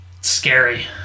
scary